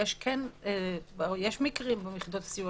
יש מקרים ביחידות הסיוע